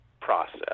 process